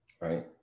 right